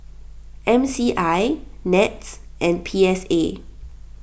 M C I NETS and P S A